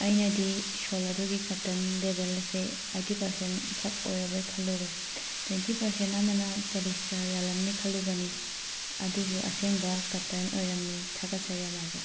ꯑꯩꯅꯗꯤ ꯁꯣꯜ ꯑꯗꯨꯒꯤ cotton label ꯑꯁꯦ ꯑꯥꯏꯠꯇꯤ ꯄꯥꯔꯁꯦꯟ ꯈꯛ ꯑꯣꯏꯔꯕꯣꯏ ꯈꯜꯂꯨꯔꯦ ꯇ꯭ꯋꯦꯟꯇꯤ ꯄꯥꯔꯁꯦꯟ ꯑꯃꯅ ꯄꯣꯂꯤꯁꯇꯔ ꯌꯥꯜꯂꯝꯅꯤ ꯈꯜꯂꯨꯕꯅꯤ ꯑꯗꯨꯕꯨ ꯑꯁꯦꯡꯕ ꯀꯇꯟ ꯑꯣꯏꯔꯝꯃꯦ ꯊꯥꯒꯠꯆꯔꯤ ꯑꯥꯃꯥꯖꯣꯟ